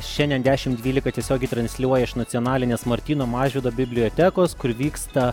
šiandien dešimt dvylika tiesiogiai transliuoja iš nacionalinės martyno mažvydo bibliotekos kur vyksta